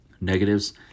negatives